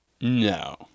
No